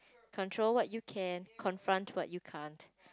control what you can confront what you can't